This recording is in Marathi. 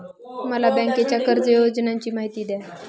मला बँकेच्या कर्ज योजनांची माहिती द्या